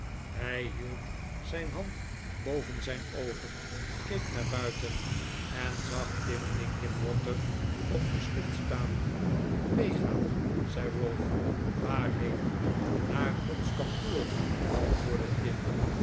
hij hield zijn hand boven zijn oogen keek naar buiten en zag tim linkinwater op de stoep staan meegaan zei ralph waarheen naar ons kantoor